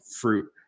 fruit